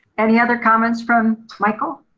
any other comments from michael,